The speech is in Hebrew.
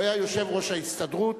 הוא היה יושב-ראש ההסתדרות.